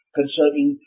concerning